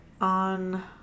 on